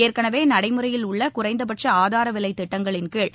ஏற்கெனவே நடைமுறையில் உள்ள குறைந்தபட்ச ஆதார விலை திட்டங்களின் கீழ்